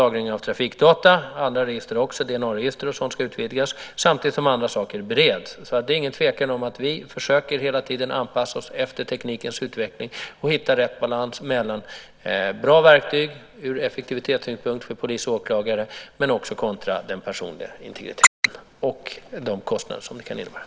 Det gäller också andra register som DNA-register och sådant. De ska utvidgas. Samtidigt bereds andra saker, så det är ingen tvekan om att vi hela tiden försöker anpassa oss efter teknikens utveckling och hitta rätt balans mellan verktyg som är bra ur effektivitetssynpunkt för polis och åklagare kontra den personliga effektiviteten. Det gäller också de kostnader som detta kan innebära.